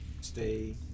Stay